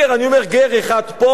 אני אומר: גר אחד פה,